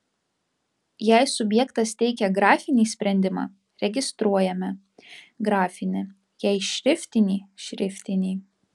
jei subjektas teikia grafinį sprendimą registruojame grafinį jei šriftinį šriftinį